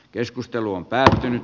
keskustelu on päättynyt